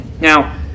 Now